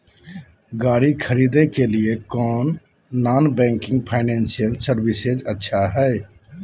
गाड़ी खरीदे के लिए कौन नॉन बैंकिंग फाइनेंशियल सर्विसेज अच्छा है?